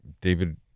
David